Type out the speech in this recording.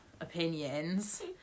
opinions